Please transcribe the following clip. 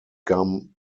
gum